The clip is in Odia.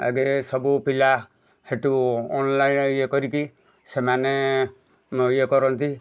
ଆଗରେ ସବୁ ପିଲା ସେଠୁ ଅନ୍ଲାଇନ୍ ଇଏ କରିକି ସେମାନେ ଇଏ କରନ୍ତି